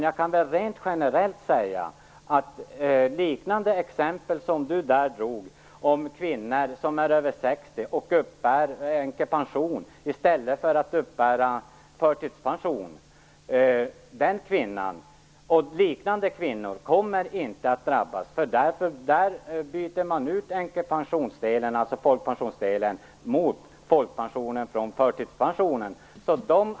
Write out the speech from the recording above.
Jag kan dock rent generellt säga att i fall liknande dem som hon där gav på kvinnor som är över 60 år och som uppbär änkepension i stället för att uppbära förtidspension kommer änkan inte att drabbas, eftersom man där byter änkepensionsdelen, alltså folkpensionsdelen, mot folkpensionen från förtidspensionen.